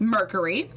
Mercury